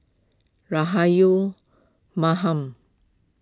Rahayu